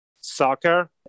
soccer